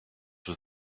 was